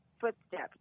footsteps